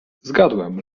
zgadłem